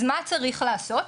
אז מה צריך לעשות,